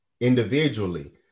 individually